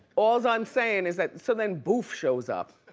all's i'm sayin' is that, so then boof shows up.